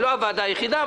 היא לא הוועדה היחידה,